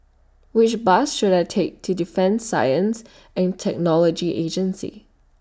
Which Bus should I Take to Defence Science and Technology Agency